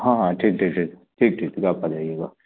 हाँ हाँ ठीक ठीक ठीक ठीक ठीक फिर आप कल आइएगा